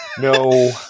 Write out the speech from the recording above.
No